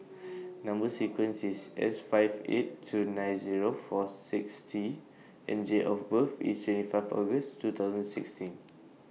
Number sequence IS S five eight two nine Zero four six T and Date of birth IS twenty five August two thousand sixteen